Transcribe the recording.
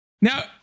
Now